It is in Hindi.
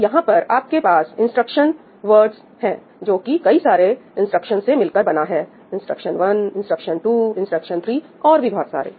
तो यहां पर आपके पास इंस्ट्रक्शन वर्ड्स है जो कि कई सारे इंस्ट्रक्शंस से मिलकर बना है इंस्ट्रक्शन 1 इंस्ट्रक्शन 2 इंस्ट्रक्शन 3 और भी बहुत सारे